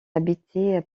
habitée